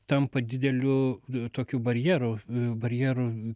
tampa dideliu tokiu barjeru barjeru